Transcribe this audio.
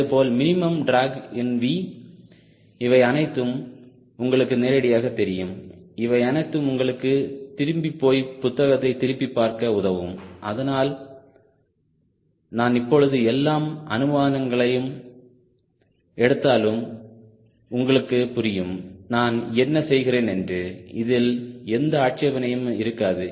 அதேபோல் minimum drag இன் V இவை அனைத்தும் உங்களுக்கு நேரடியாக தெரியும் இவை அனைத்தும் உங்களை திரும்பிப்போய் புத்தகத்தை திருப்பி பார்க்க உதவும் அதனால் நான் இப்பொழுது எல்லாம் அனுமானங்களை எடுத்தாலும் உங்களுக்கு புரியும் நான் என்ன செய்கிறேன் என்று இதில் எந்த ஆட்சேபணையும் இருக்காது